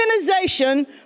organization